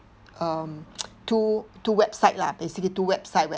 um two two website lah basically two website where